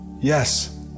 Yes